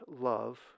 love